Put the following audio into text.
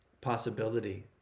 possibility